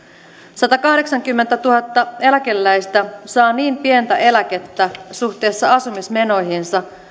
satakahdeksankymmentätuhatta eläkeläistä saa niin pientä eläkettä suhteessa asumismenoihinsa